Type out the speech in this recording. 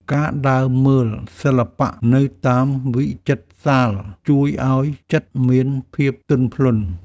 ការដើរមើលសិល្បៈនៅតាមវិចិត្រសាល ជួយឱ្យចិត្តមានភាពទន់ភ្លន់។